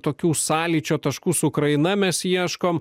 tokių sąlyčio taškų su ukraina mes ieškom